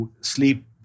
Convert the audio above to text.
sleep